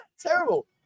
terrible